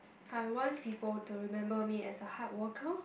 I want people to remember me as a hard worker